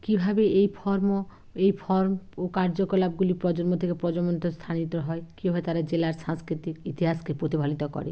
কীভাবে এই ফরমো এই ফর্ম ও কার্যকলাপগুলি প্রজন্ম থেকে প্রজন্মতে স্থানিত হয় কীভাবে তারা জেলার সাংস্কৃতিক ইতিহাসকে প্রতিফলিত করে